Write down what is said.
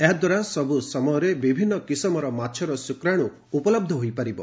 ଏହାଦ୍ୱାରା ସବୁ ସମୟରେ ବିଭିନ୍ନ କିସମର ମାଛର ଶ୍ରକାଣ୍ର ଉପଲବ୍ଧ ହୋଇପାରିବ